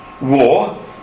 war